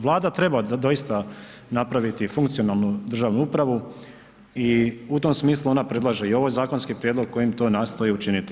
Vlada treba doista napraviti funkcionalnu državnu upravu i u tom smislu ona predlaže i ovaj zakonski prijedlog kojim to nastoji učiniti.